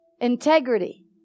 Integrity